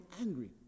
angry